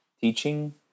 teaching